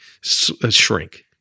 shrink